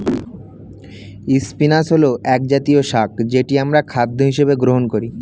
spinach হল একজাতীয় শাক যেটি আমরা খাদ্য হিসেবে গ্রহণ করি